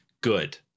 good